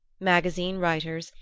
magazine writers,